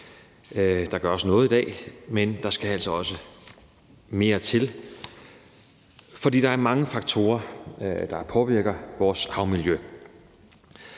Der gøres noget i dag, men der skal altså også mere til, for der er mange faktorer, der påvirker vores havmiljø.